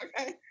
Okay